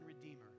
redeemer